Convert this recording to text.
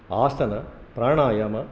आसन प्राणायाम